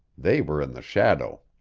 they were in the shadow.